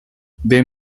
there